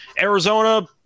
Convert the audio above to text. Arizona